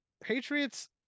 patriots